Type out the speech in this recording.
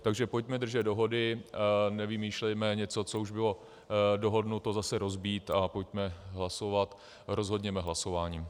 Takže pojďme držet dohody, nevymýšlejme něco, co už bylo dohodnuto, zase rozbít, a pojďme hlasovat, rozhodněme hlasováním.